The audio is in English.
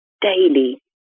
Daily